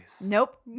Nope